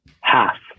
half